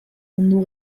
mundu